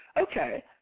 Okay